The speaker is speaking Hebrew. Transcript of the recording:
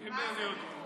אז זה יחול על כולם.